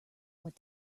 what